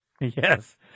Yes